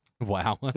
Wow